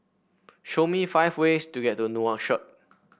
show me five ways to get to Nouakchott